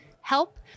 help